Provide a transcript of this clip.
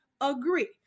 agree